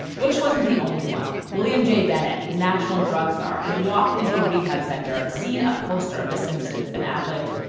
bush wasn't the only one. william j. bennett the national drug czar had walked into a rehab center seen a poster of the simpsons and ad libbed.